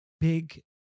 big